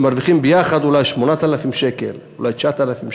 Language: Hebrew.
הם מרוויחים ביחד אולי 8,000 שקל, אולי 9,000 שקל,